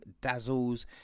dazzles